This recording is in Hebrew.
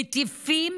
מטיפים